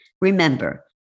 Remember